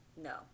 no